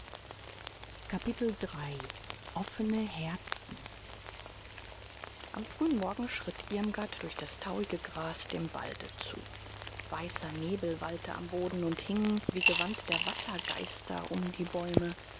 offene herzen am frühen morgen schritt irmgard durch das tauige gras dem walde zu weißer nebel wallte am boden und hing wie gewand der wassergeister um die bäume